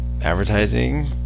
advertising